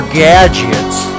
gadgets